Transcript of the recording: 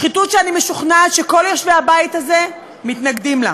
שחיתות שאני משוכנעת שכל יושבי הבית הזה מתנגדים לה.